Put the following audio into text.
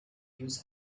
use